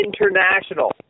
International